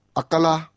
akala